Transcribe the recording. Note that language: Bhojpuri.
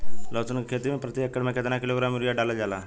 लहसुन के खेती में प्रतेक एकड़ में केतना किलोग्राम यूरिया डालल जाला?